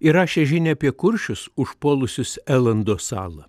įrašė žinią apie kuršius užpuolusius elando salą